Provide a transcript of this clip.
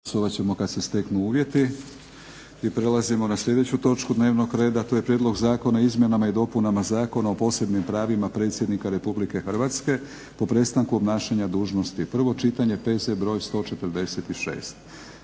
Milorad (HNS)** Prelazimo na sljedeću točku dnevnog reda. To je - Prijedlog zakona o izmjenama i dopunama Zakona o posebnim pravima predsjednika Republike Hrvatske po prestanku obnašanja dužnosti, prvo čitanje, P.Z. br. 146